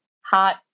hot